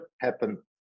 happen